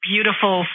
Beautiful